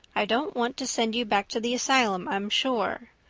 i don't want to send you back to the asylum, i'm sure.